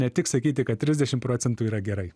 ne tik sakyti kad trisdešim procentų yra gerai